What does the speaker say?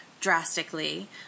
drastically